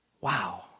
Wow